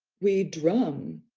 we drum,